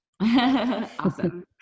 Awesome